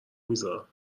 میذارم